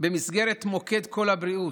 במסגרת מוקד "קול הבריאות"